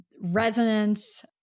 Resonance